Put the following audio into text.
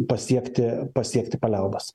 pasiekti pasiekti paliaubas